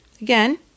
again